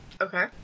Okay